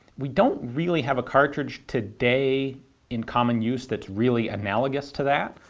we don't really have a cartridge today in common use that's really analogous to that.